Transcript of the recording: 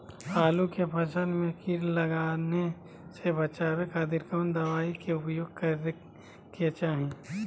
आलू के फसल में कीट लगने से बचावे खातिर कौन दवाई के उपयोग करे के चाही?